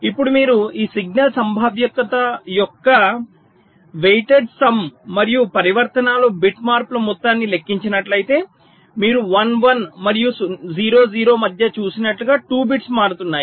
ఇప్పుడు మీరు ఈ సిగ్నల్ సంభావ్యత యొక్క వైటెడ్ సం మరియు పరివర్తనాల్లో బిట్ మార్పుల మొత్తాన్ని లెక్కించినట్లయితే మీరు 1 1 మరియు 0 0 మధ్య చూసినట్లుగా 2 బిట్స్ మారుతాయి